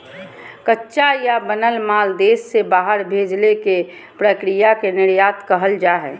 कच्चा या बनल माल देश से बाहर भेजे के प्रक्रिया के निर्यात कहल जा हय